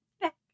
Back